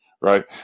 right